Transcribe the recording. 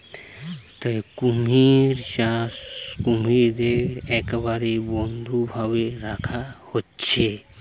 কুমির চাষে কুমিরদের একবারে বদ্ধ ভাবে রাখা হচ্ছে